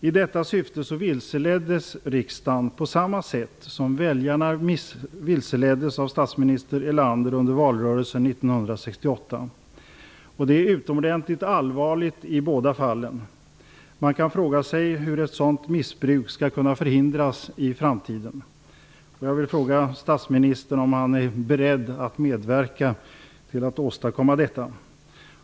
I detta syfte vilseleddes riksdagen på samma sätt som väljarna vilseleddes av statsminister Erlander under valrörelsen 1968. I båda fallen var det utomordentligt allvarligt. Man kan fråga sig hur ett sådant missbruk skall kunna förhindras i framtiden. Jag vill fråga statsministern om han är beredd att medverka till att åstadkomma detta.